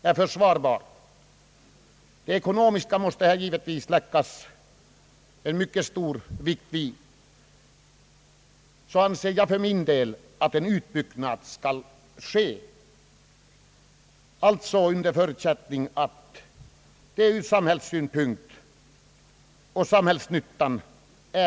Det ekonomiska och samhällsnyttiga måste man givetvis lägga mycket stor vikt vid i sådana sammanhang.